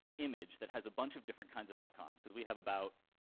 image that has a bunch of different kinds of icons because we have about,